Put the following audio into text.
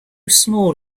small